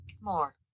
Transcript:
More